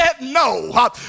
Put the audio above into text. no